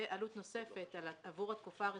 ועלות נוספת עבור התקופה הרטרואקטיבית,